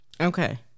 Okay